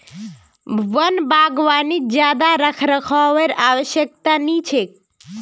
वन बागवानीत ज्यादा रखरखावेर आवश्यकता नी छेक